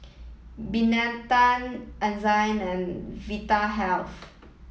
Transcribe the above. Betadine Enzyplex and Vitahealth